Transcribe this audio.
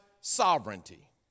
sovereignty